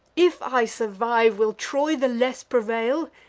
if i survive, will troy the less prevail?